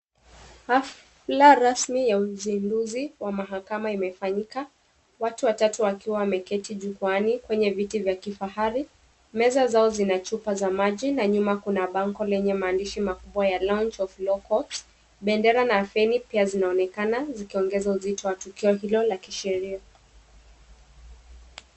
Hafla rasmi ya uzinduzi wa mahakama imefanyika. Watu watatu wakiwa wameketi jukwaani kwenye viti vya kifahari, meza zao zina chupa za maji na nyuma kuna bango yenye maandishi makubwa ya Launch of Law courts. Bendera na feni pia zinaonekana, zikiongeza uzito wa tukio hilo la kisheria.